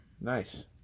Nice